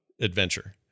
adventure